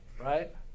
right